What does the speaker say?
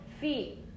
feet